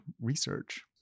research